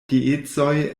geedzoj